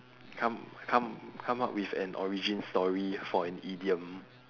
come come come up with an origin story for an idiom